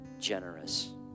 generous